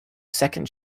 second